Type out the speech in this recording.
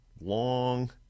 long